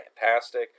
fantastic